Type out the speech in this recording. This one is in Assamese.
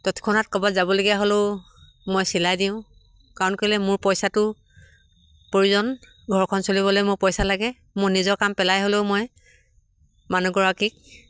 তৎক্ষণত ক'ৰবাত যাবলগীয়া হ'লেও মই চিলাই দিওঁ কাৰণ কেলে মোৰ পইচাটো প্ৰয়োজন ঘৰখন চলিবলৈ মোক পইচা লাগে মোৰ নিজৰ কাম পেলাই হ'লেও মই মানুহগৰাকীক